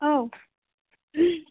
औ